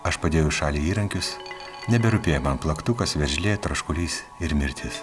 aš padėjau į šalį įrankius neberūpėjo plaktukas veržlė troškulys ir mirtis